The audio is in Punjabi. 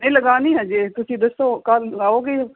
ਇਹ ਲਗਾਉਣੀ ਹਾਲੇ ਤੁਸੀਂ ਦੱਸੋ ਕੱਲ੍ਹ ਆਓਗੇ